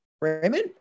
Raymond